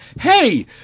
hey